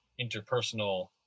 interpersonal